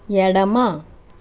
ఎడమ